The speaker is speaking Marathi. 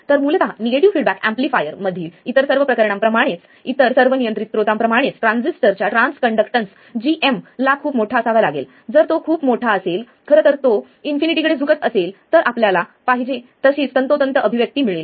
तर मूलत निगेटिव्ह फीडबॅक एम्पलीफायरमधील इतर सर्व प्रकरणांप्रमाणेच इतर सर्व नियंत्रित स्त्रोतांप्रमाणेच ट्रान्झिस्टरच्या ट्रान्स कंडक्टन्स gm ला खूप मोठा असावा लागेल जर तो खूप मोठा असेल खरं तर जर तो इन्फिनिटी कडे झुकत असेल तर आपल्याला आपणास पाहिजे तशीच तंतोतंत अभिव्यक्ती मिळेल